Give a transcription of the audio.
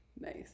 Nice